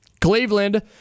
cleveland